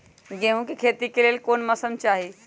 गेंहू के खेती के लेल कोन मौसम चाही अई?